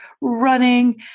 running